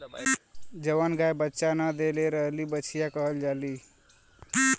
जवन गाय बच्चा न देले रहेली बछिया कहल जाली